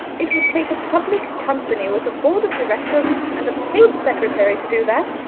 it would take a public company with a board of directors and a paid secretary to do that.